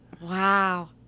Wow